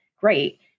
Great